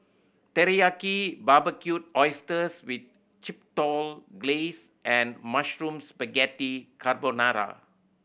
Teriyaki Barbecued Oysters with Chipotle Glaze and Mushroom Spaghetti Carbonara